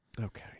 Okay